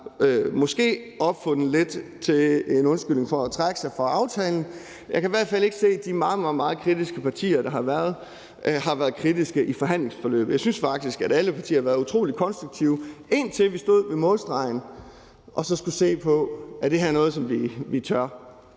måske lidt som en undskyldning for at trække sig fra aftalen; jeg kan i hvert fald ikke se, at de meget, meget kritiske partier, har været kritiske i forhandlingsforløbet. Jeg synes faktisk, at alle partier har været utrolig konstruktive, indtil vi stod ved målstregen og så skulle se på, om det her er noget, som vi tør.